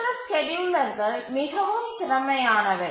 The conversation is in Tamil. மற்ற ஸ்கேட்யூலர்கள் மிகவும் திறமையானவை